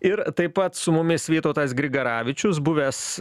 ir taip pat su mumis vytautas grigaravičius buvęs